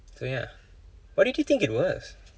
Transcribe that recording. so ya what did you think it was